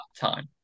time